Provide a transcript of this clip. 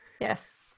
Yes